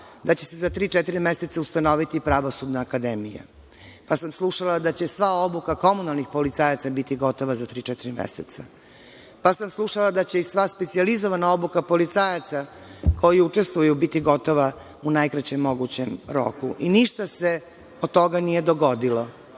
da će se za tri, četiri meseca ustanoviti pravosudna akademija, pa sam slušala da će sva obuka komunalnih policajaca biti gotova za tri, četiri meseca. Pa, sam slušala da će sva specijalizovana obuka policajaca koji učestvuju biti gotova u najkraćem mogućem roku. Ništa se od toga nije dogodilo.